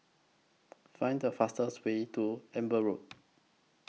Find The fastest Way to Amber Road